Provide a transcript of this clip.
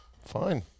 Fine